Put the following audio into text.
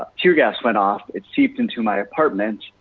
tear gas went off, is seeped into my apartments,